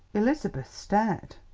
elizabeth stared.